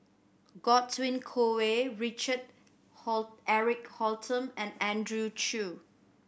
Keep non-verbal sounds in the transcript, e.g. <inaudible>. Godwin Koay Richard <unintelligible> Eric Holttum and Andrew Chew